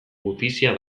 gutizia